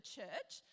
church